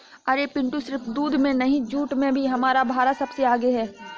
अरे पिंटू सिर्फ दूध में नहीं जूट में भी हमारा भारत सबसे आगे हैं